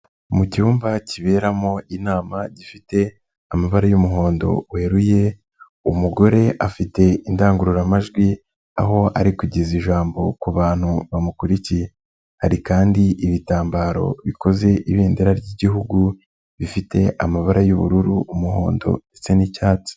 Mu cyumba kiberamo inama, gifite amabara y'umuhondo weruye, umugore afite indangururamajwi, aho ari kugeza ijambo ku bantu bamukurikiye, hari kandi ibitambaro bikoze ibendera ry'Igihugu, bifite amabara y'ubururu, umuhondo n'icyatsi.